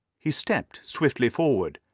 he stepped swiftly forward,